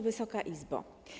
Wysoka Izbo!